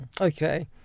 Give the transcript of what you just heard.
Okay